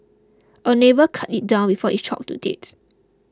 a neighbour cut it down before it choked to death